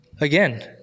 Again